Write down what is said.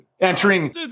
entering